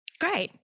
Great